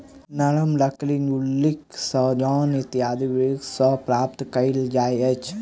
नरम लकड़ी गुल्लरि, सागौन इत्यादि वृक्ष सॅ प्राप्त कयल जाइत अछि